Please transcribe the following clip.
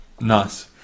nice